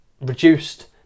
reduced